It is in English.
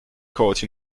caught